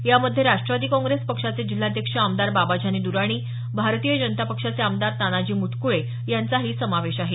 यामध्ये राष्ट्रवादी काँग्रेस पक्षाचे जिल्हाध्यक्ष आमदार बाबाजानी दूर्राणी भारतीय जनता पक्षाचे आमदार तानाजी मुटकुळे यांचाही समावेश आहे